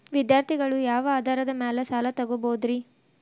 ವಿದ್ಯಾರ್ಥಿಗಳು ಯಾವ ಆಧಾರದ ಮ್ಯಾಲ ಸಾಲ ತಗೋಬೋದ್ರಿ?